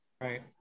right